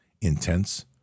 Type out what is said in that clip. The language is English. Intense